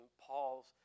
Paul's